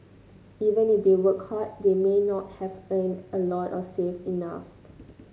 even if they worked hard they may not have earned a lot or saved enough